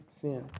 sin